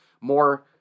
more